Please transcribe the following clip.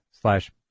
slash